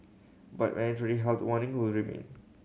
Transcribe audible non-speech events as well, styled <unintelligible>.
but <unintelligible> health warning will remain